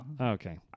Okay